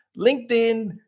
LinkedIn